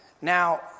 Now